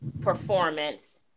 performance